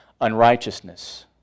unrighteousness